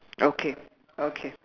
okay okay